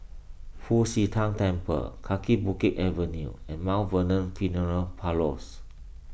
Fu Xi Tang Temple Kaki Bukit Avenue and Vernon funeral Parlours